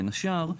בין השאר,